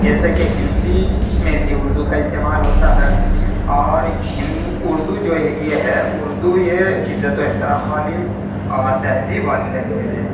جیسے کے ہندی میں بھی اردو کا استعمال ہوتا ہے اور ہن اردو جو یہ ہے اردو یہ عزت و احترام والی اور تہذیب والی لینگویج ہے